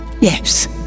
Yes